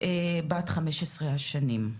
בת 15 השנים.